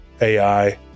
AI